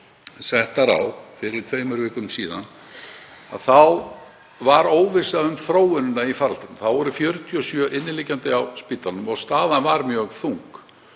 settar á fyrir tveimur vikum var óvissa um þróunina í faraldrinum. Þá voru 47 inniliggjandi á spítalanum og staðan var mjög þung.